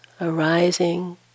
arising